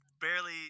barely